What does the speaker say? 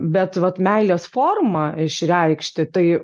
bet vat meilės formą išreikšti tai